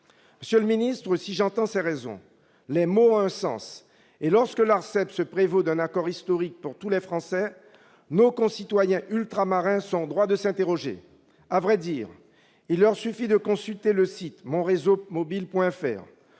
Monsieur le ministre, si je peux entendre ces raisons, les mots n'en ont pas moins un sens, et lorsque l'ARCEP se prévaut d'un accord historique pour tous les Français, nos concitoyens ultramarins sont en droit de s'interroger. À vrai dire, il leur suffit de consulter le site pour comprendre